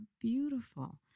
beautiful